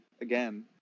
again